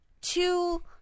two